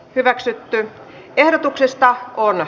hyväksytty ehdotuksesta on